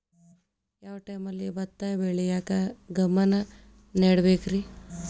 ಯಾವ್ ಟೈಮಲ್ಲಿ ಭತ್ತ ಬೆಳಿಯಾಕ ಗಮನ ನೇಡಬೇಕ್ರೇ?